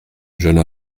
jeune